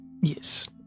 Yes